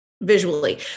visually